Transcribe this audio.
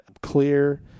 clear